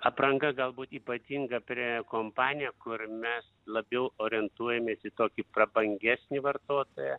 apranga galbūt ypatinga prie kompanija kur mes labiau orientuojamės į tokį prabangesnį vartotoją